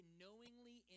knowingly